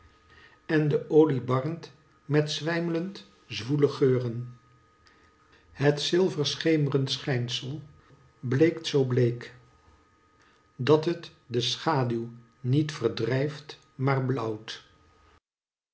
en de olie barnt met zwijmlend zwoele geuren het zilver scheemrend schijnsel bleekt zoo bleek dat het de schaduw niet verdrijft maar blauwt